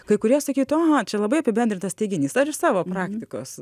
kai kurie sakytų aha čia labai apibendrintas teiginys ar iš savo praktikos